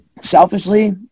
Selfishly